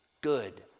good